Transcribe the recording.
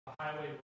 Highway